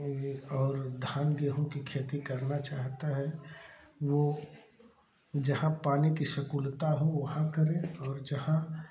और धान गेहूँ की खेती करना चाहता हैं वो जहाँ पानी की संकुलता हो वहाँ करें और जहाँ